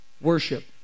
worship